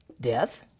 Death